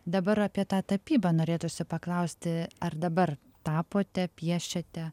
dabar apie tą tapybą norėtųsi paklausti ar dabar tapote piešiate